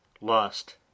lost